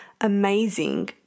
amazing